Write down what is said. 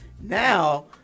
Now